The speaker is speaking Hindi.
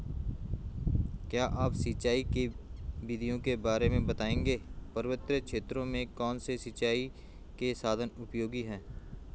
क्या आप सिंचाई की विधियों के बारे में बताएंगे पर्वतीय क्षेत्रों में कौन से सिंचाई के साधन उपयोगी हैं?